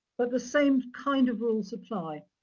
but the same kind of rules apply.